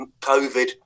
COVID